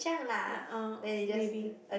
uh maybe